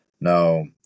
No